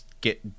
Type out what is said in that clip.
get